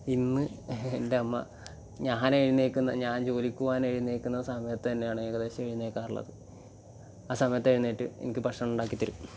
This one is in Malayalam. ഇന്ന് എന്റെ അമ്മ ഞാൻ എഴുന്നേൽക്കുന്ന ഞാൻ ജോലിക്ക് പോകാൻ എഴുന്നേൽക്കുന്ന സമയത്ത് തന്നെയാണ് ഏകദേശം എഴുന്നേൽക്കാറുള്ളത് ആ സമയത്ത് എഴുന്നേറ്റ് എനിക്ക് ഭക്ഷണം ഉണ്ടാക്കി തരും